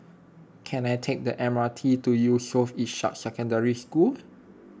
can I take the M R T to Yusof Ishak Secondary School